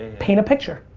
paint a picture.